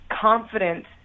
confidence